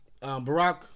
Barack